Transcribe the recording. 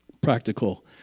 practical